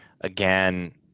again